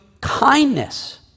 kindness